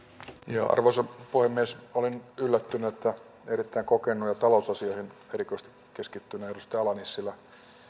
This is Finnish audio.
nissilä arvoisa puhemies olen yllättynyt että kun erittäin kokenut ja talousasioihin erikoisesti keskittynyt edustaja ala nissilä